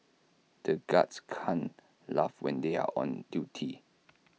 the guards can't laugh when they are on duty